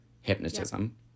hypnotism